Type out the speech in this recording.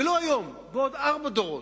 ולא היום, בעוד ארבעה דורות,